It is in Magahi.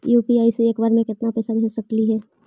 यु.पी.आई से एक बार मे केतना पैसा भेज सकली हे?